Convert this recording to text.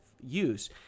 use